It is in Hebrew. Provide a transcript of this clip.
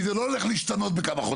כי זה לא הולך להשתנות בכמה חודשים.